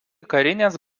karinės